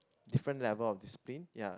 different level of discipline ya